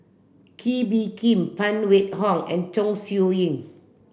Kee Bee Khim Phan Wait Hong and Chong Siew Ying